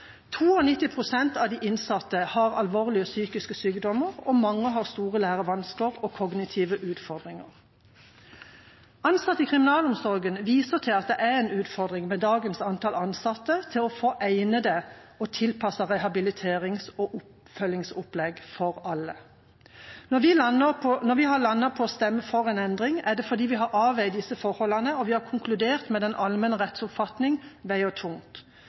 av de innsatte har alvorlige psykiske sykdommer, og mange har store lærevansker og kognitive utfordringer. Ansatte i kriminalomsorgen viser til at det er en utfordring, med dagens antall ansatte, å få til egnede og tilpassede rehabiliterings- og oppfølgingsopplegg for alle. Når vi har landet på å stemme for en endring, er det fordi vi har avveid disse forholdene, og vi har konkludert med at den allmenne rettsoppfatning veier tungt.